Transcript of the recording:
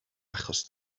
achos